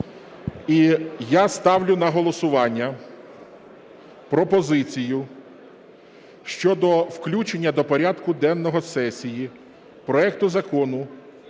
я ставлю на голосування пропозицію щодо включення до порядку денного сесії проекту Закону